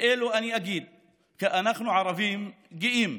לאלו אני אגיד כי אנחנו ערבים גאים,